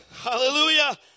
Hallelujah